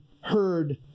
heard